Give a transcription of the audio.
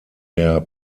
der